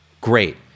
great